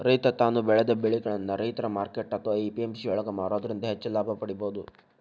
ರೈತ ತಾನು ಬೆಳೆದ ಬೆಳಿಗಳನ್ನ ರೈತರ ಮಾರ್ಕೆಟ್ ಅತ್ವಾ ಎ.ಪಿ.ಎಂ.ಸಿ ಯೊಳಗ ಮಾರೋದ್ರಿಂದ ಹೆಚ್ಚ ಲಾಭ ಪಡೇಬೋದು